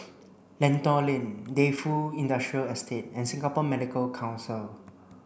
Lentor Lane Defu Industrial Estate and Singapore Medical Council